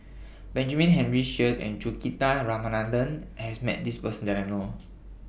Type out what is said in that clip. Benjamin Henry Sheares and Juthika Ramanathan has Met This Person that I know Or